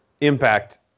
Impact